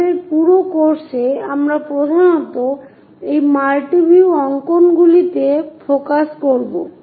আমাদের পুরো কোর্সে আমরা প্রধানত এই মাল্টি ভিউ অঙ্কনগুলিতে ফোকাস করব